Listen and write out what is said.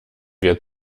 wir